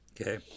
Okay